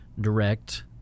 direct